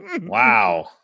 Wow